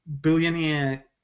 billionaire